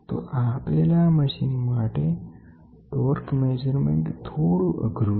તો આપેલા મશીન માટે ટોર્ક માપન થોડું અઘરું છે